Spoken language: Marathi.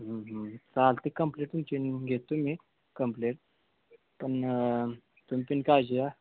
चालतं आहे कंप्लेट तुमची लिहून घेतो मी कम्प्लेट पण तुम्ही पण काळजी घ्या